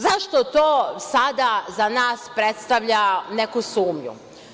Zašto to sada za nas predstavlja neku sumnju?